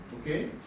Okay